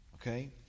Okay